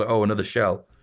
ah oh another shell.